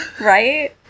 Right